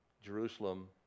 Jerusalem